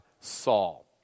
Saul